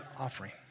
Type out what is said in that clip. offering